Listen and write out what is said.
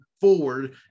forward